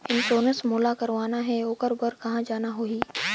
Insurance मोला कराना हे ओकर बार कहा जाना होही?